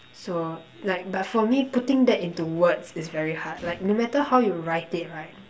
so like but for me putting that into words is very hard like no matter how you write it right